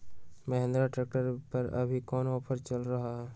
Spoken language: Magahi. महिंद्रा ट्रैक्टर पर अभी कोन ऑफर चल रहा है?